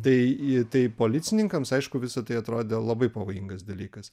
tai į tai policininkams aišku visa tai atrodė labai pavojingas dalykas